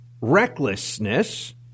recklessness